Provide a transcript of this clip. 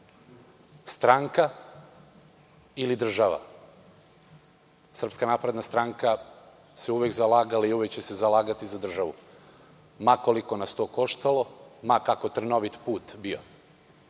Stranka ili država? Srpska napredna stranka se uvek zalagala i uvek će se zalagati za državu, ma koliko nas to koštalo, ma kako trnovit put bio.